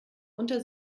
unter